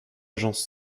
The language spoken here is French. agence